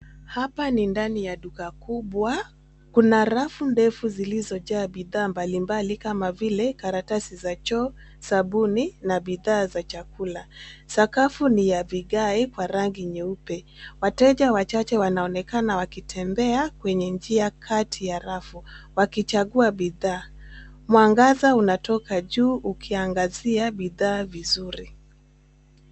Hapa ni ndani ya duka kubwa. Kuna rafu ndefu zilizojaa bidhaa mbalimbali kama vile: karatasi za choo, sabuni na bidhaa za chakula. Sakafu ni ya vigae kwa rangi nyeupe. Wateja wachache wanaonekana wakitembea kwenye njia kati ya rafu wakichagua bidhaa. Mwangaza unatoka juu ukiangazia bidhaa vizuri.